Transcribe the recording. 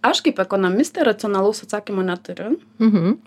aš kaip ekonomistė racionalaus atsakymo neturiu